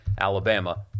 Alabama